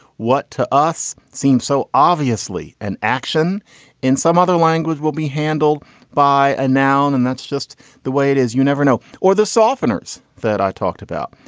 what to us seems so obviously an action in some other language will be handled by a noun. and that's just the way it is. you never know. or the softeners that i talked about.